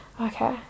Okay